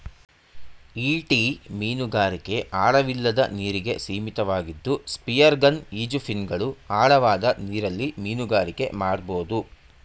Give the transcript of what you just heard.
ಈಟಿ ಮೀನುಗಾರಿಕೆ ಆಳವಿಲ್ಲದ ನೀರಿಗೆ ಸೀಮಿತವಾಗಿದ್ದು ಸ್ಪಿಯರ್ಗನ್ ಈಜುಫಿನ್ಗಳು ಆಳವಾದ ನೀರಲ್ಲಿ ಮೀನುಗಾರಿಕೆ ಮಾಡ್ಬೋದು